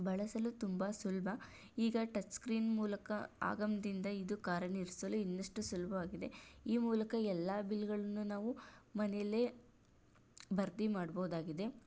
ಬಳಸಲು ತುಂಬಾ ಸುಲಭ ಈಗ ಟಚ್ಸ್ಕ್ರೀನ್ ಮೂಲಕ ಆಗಮದಿಂದ ಇದು ಕಾರನಿರಿಸಲು ಇನ್ನಷ್ಟು ಸುಲಭವಾಗಿದೆ ಈ ಮೂಲಕ ಎಲ್ಲ ಬಿಲ್ಗಳನ್ನು ನಾವು ಮನೇಲೆ ಭರ್ತಿ ಮಾಡ್ಬೋದಾಗಿದೆ